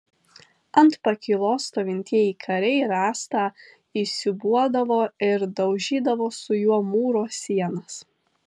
ant pakylos stovintieji kariai rąstą įsiūbuodavo ir daužydavo su juo mūro sienas